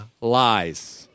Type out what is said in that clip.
lies